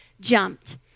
jumped